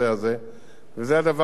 וזה הדבר שמתבצע.